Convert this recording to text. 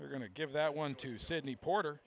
we're going to give that one to sydney porter